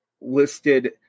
listed